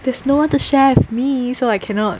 there is no one to share with me so I cannot